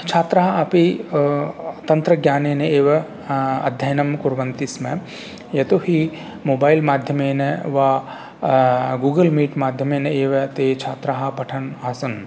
छात्राः अपि तन्त्रज्ञानेन एव अध्ययनं कुर्वन्ति स्म यतोहि मोबैल् माध्यमेन वा गुगल् मीट् माध्यमेन एव ते छात्राः पठन् आसन्